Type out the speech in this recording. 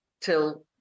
till